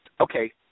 Okay